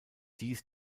dies